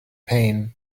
pain